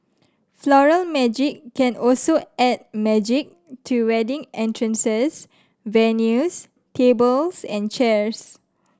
Floral Magic can also add magic to wedding entrances venues tables and chairs